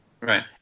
Right